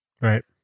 Right